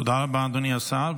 תודה רבה, אדוני השר.